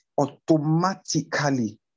automatically